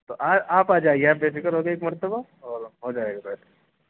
تو آپ آ جائیے آپ بے فکر ہو کے ایک مرتبہ اور ہو جائے گا بیٹھ کے